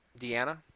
Deanna